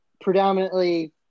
predominantly